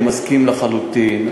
אני מסכים לחלוטין.